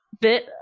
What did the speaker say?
bit